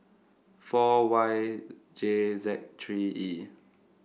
four Y J Z three E